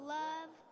love